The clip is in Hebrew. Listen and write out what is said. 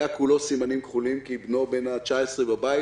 כולו עם סימנים כחולים כי בנו בן ה-19 בבית,